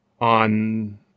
on